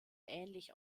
ähnlich